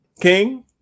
King